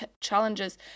challenges